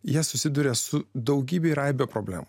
jie susiduria su daugybe ir aibė problemų